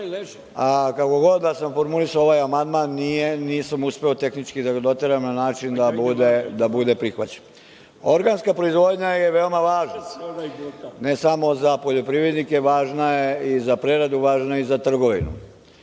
a kako god da sam formulisao ovaj amandman nisam uspeo tehnički da ga doteram na način da bude prihvaćen. Organska proizvodnja je veoma važna ne samo za poljoprivrednike, važna je i za preradu, važna je i za trgovinu.